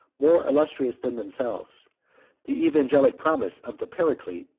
more illustrious than themselves the evangelical promise of the paraclete,